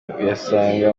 uyasanga